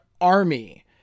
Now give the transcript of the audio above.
army